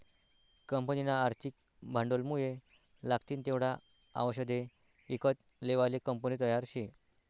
कंपनीना आर्थिक भांडवलमुये लागतीन तेवढा आवषदे ईकत लेवाले कंपनी तयार शे